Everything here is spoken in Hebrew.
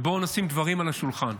ובואו נשים דברים על השולחן: